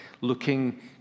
looking